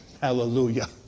Hallelujah